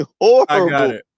horrible